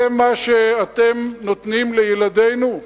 זה מה שאתם נותנים לילדינו?